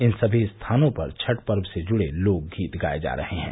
इन सभी स्थानों पर छठ पर्व से जुड़े लोक गीत गाये जा रहे थे